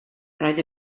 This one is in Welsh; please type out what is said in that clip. roedd